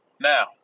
Now